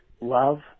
Love